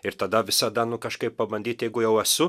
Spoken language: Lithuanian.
ir tada visada nu kažkaip pabandyt jeigu jau esu